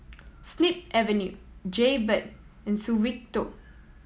Snip Avenue Jaybird and Suavecito